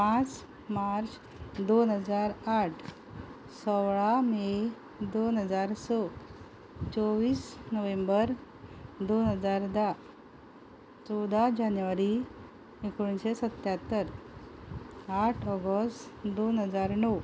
पांच मार्च दोन हजार आठ सोळा मे दोन हजार स चोवीस नोव्हेंबर दोन हजार धा चवदा जानेवारी एकोणशे सत्त्यात्तर आठ ऑगस्ट दोन हजार णव